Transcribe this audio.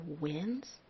wins